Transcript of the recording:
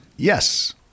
Yes